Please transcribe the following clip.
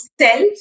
self